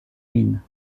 mines